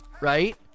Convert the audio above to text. right